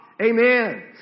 amen